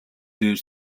дээр